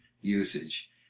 usage